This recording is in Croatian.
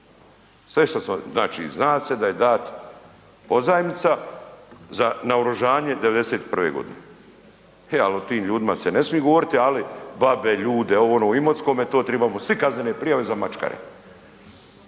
sve što sam, znači zna se da je dat pozajmica za naoružanje '91.g., e al o tim ljudima se ne smi govoriti, ali babe, ljude, ovo, ono u Imotskome to tribamo svi kaznene prijave za mačkare.